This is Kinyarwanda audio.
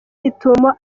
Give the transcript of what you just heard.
gitumo